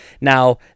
Now